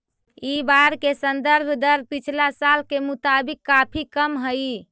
इ बार के संदर्भ दर पिछला साल के मुताबिक काफी कम हई